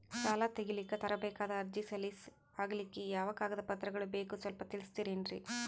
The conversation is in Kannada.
ಸಾಲ ತೆಗಿಲಿಕ್ಕ ತರಬೇಕಾದ ಅರ್ಜಿ ಸಲೀಸ್ ಆಗ್ಲಿಕ್ಕಿ ಯಾವ ಕಾಗದ ಪತ್ರಗಳು ಬೇಕು ಸ್ವಲ್ಪ ತಿಳಿಸತಿರೆನ್ರಿ?